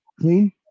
clean